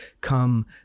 come